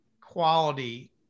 quality